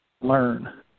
learn